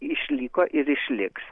išliko ir išliks